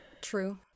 True